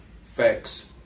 Facts